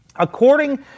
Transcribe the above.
According